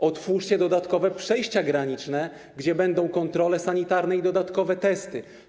Otwórzcie dodatkowe przejścia graniczne, gdzie będą kontrole sanitarne i dodatkowe testy.